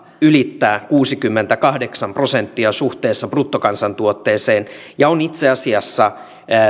ylittää kuusikymmentäkahdeksan prosenttia suhteessa bruttokansantuotteeseen ja on itse asiassa